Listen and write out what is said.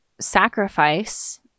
sacrifice